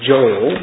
Joel